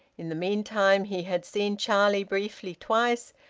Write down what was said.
in the meantime he had seen charlie briefly twice,